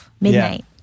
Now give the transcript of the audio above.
midnight